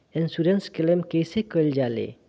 Insurance claim कइसे कइल जा ले?